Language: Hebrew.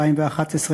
התשע"א 2011,